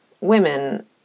women